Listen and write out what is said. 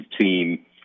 team